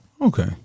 Okay